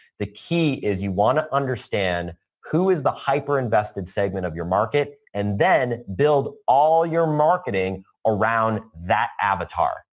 the key is you want to understand who is the hyper invested segment of your market and then build all your marketing around that avatar.